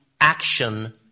action